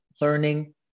learning